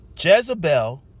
Jezebel